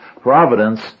Providence